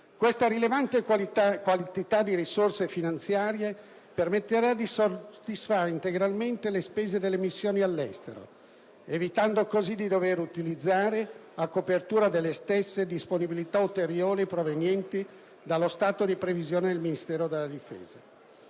Questa rilevante quantità di risorse finanziarie permetterà di soddisfare integralmente le spese delle missioni all'estero, evitando così di dover utilizzare, a copertura delle stesse, disponibilità ulteriori provenienti dallo stato di previsione del Ministero della difesa.